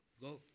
Go